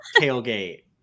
tailgate